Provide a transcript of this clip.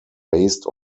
based